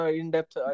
in-depth